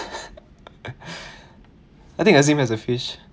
I think the same as a fish